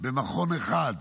במכון אחד,